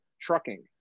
trucking